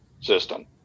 system